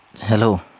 Hello